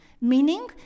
Meaning